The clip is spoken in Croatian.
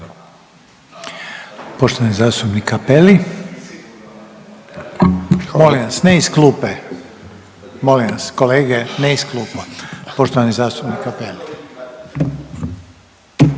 Poštovani zastupnik Cappelli. Molim vas ne iz klupe, molim vas kolege ne iz klupa. Poštovani zastupnik Cappelli.